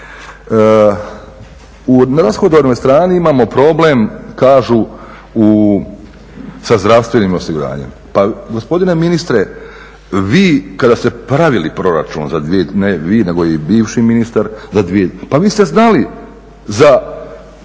Na rashodovnoj strani imamo problem, kažu sa zdravstvenim osiguranjem. Pa gospodine ministre vi kada ste pravili proračun, ne vi nego i bivši ministar, za 2014., pa vi